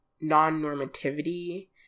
non-normativity